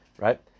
right